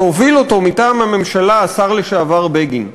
שהוביל אותו מטעם הממשלה השר לשעבר בגין,